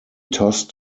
tossed